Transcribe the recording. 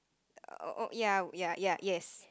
oh ya ya ya yes